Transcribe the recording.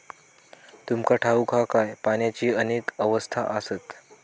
तुमका ठाऊक हा काय, पाण्याची अनेक अवस्था आसत?